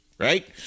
Right